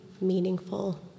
meaningful